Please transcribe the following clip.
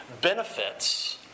benefits